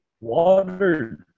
water